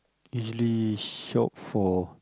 usually shop for